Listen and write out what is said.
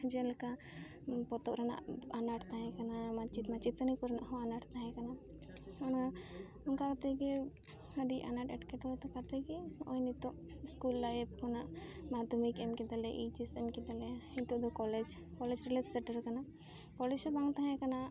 ᱡᱮᱞᱮᱠᱟ ᱯᱚᱛᱚᱵ ᱨᱮᱱᱟᱜ ᱟᱱᱟᱴ ᱛᱟᱦᱮᱸ ᱠᱟᱱᱟ ᱢᱟᱪᱮᱫ ᱢᱟᱪᱮᱛᱟᱹᱱᱤ ᱠᱚᱨᱮᱱᱟᱜ ᱦᱚᱸ ᱟᱱᱟᱴ ᱛᱟᱦᱮᱸ ᱠᱟᱱᱟ ᱚᱱᱟ ᱚᱱᱠᱟ ᱠᱟᱛᱮ ᱜᱮ ᱟᱹᱰᱤ ᱟᱱᱟᱴ ᱮᱴᱠᱮᱴᱚᱬᱮ ᱠᱟᱛᱮ ᱜᱮ ᱱᱚᱜᱼᱚᱭ ᱱᱤᱛᱚᱜ ᱤᱥᱠᱩᱞ ᱞᱟᱭᱤᱯᱷ ᱠᱷᱚᱱᱟᱜ ᱢᱟᱫᱽᱫᱷᱚᱢᱤᱠ ᱮᱢ ᱠᱮᱫᱟᱞᱮ ᱮᱭᱤᱪ ᱮᱥ ᱯᱟᱥ ᱠᱮᱫᱟᱞᱮ ᱱᱤᱛᱚᱜ ᱫᱚ ᱠᱚᱞᱮᱡᱽ ᱠᱚᱞᱮᱡᱽ ᱨᱮᱞᱮ ᱥᱮᱴᱮᱨ ᱟᱠᱟᱱᱟ ᱠᱚᱞᱮᱡᱽ ᱦᱚᱸ ᱵᱟᱝ ᱛᱟᱦᱮᱸ ᱠᱟᱱᱟ